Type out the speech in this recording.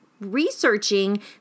researching